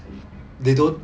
they don't